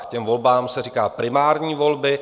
Těm volbám se říká primární volby.